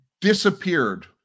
disappeared